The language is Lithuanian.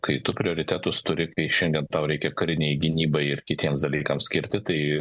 kai tu prioritetus turi kai šiandien tau reikia karinei gynybai ir kitiems dalykams skirti tai